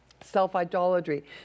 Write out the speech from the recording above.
Self-idolatry